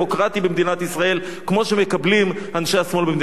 במדינת ישראל כמו שמקבלים אנשי השמאל במדינת ישראל.